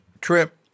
trip